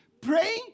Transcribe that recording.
praying